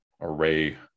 array